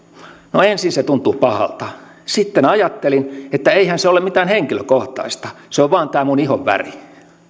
no ensin se tuntui pahalta sitten ajattelin että eihän se ole mitään henkilökohtaista se on vaan tää mun ihonväri